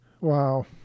wow